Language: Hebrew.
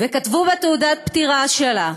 כתבו בתעודת פטירה שלה,